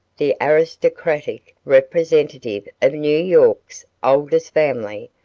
the aristocratic representative of new york's oldest family,